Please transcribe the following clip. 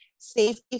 Safety